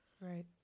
right